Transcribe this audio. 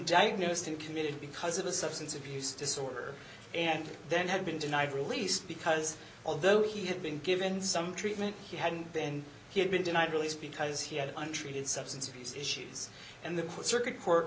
diagnosed and committed because of a substance abuse disorder and then had been denied release because although he had been given some treatment he hadn't been he had been denied release because he had untreated substance abuse issues these and the circuit court